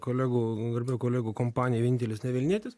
kolegų ir kolegų kompanijoj vienintelis ne vilnietis